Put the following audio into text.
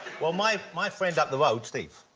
well, my my friend up the road, steve,